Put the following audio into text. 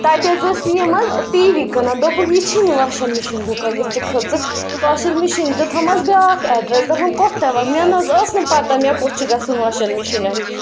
تَتہِ حظ ٲس یِم حظ ٹی وی کٕنان دوٚپُکھ یہِ چھی نہٕ واشنٛگ مِشیٖن دُکان یُس ژٕ کھٔژٕکھ واشنٛگ مِشیٖن دیُتہَم حظ بیٛاکھ اٮ۪ڈریٚس دوٚپہَم کوٚت تانۍ وات مےٚ نہ حظ ٲس نہٕ پَتہ مےٚ کوٚت چھِ گژھُن واشنٛگ مِشیٖن اَننہِ